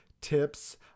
tips